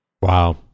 Wow